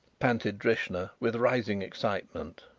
panted drishna, with rising excitement.